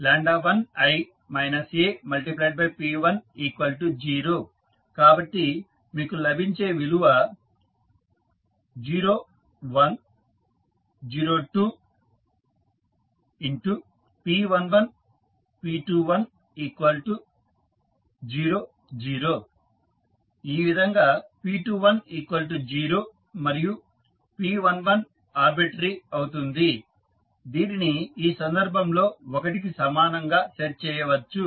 1I Ap10 కాబట్టి మీకు లభించే విలువ 0 1 0 2 p11 p21 0 0 ఈ విధంగా p210 మరియు p11ఆర్బిట్రరీ అవుతుంది దీనిని ఈ సందర్భంలో ఒకటికి సమానంగా సెట్ చేయవచ్చు